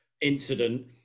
incident